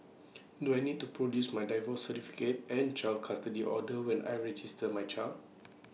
do I need to produce my divorce certificate and child custody order when I register my child